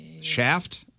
Shaft